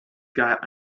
got